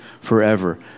forever